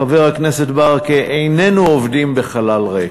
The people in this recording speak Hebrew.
חבר הכנסת ברכה, איננו עובדים בחלל ריק,